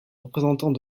représentant